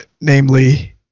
Namely